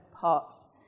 parts